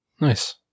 Nice